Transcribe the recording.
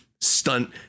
stunt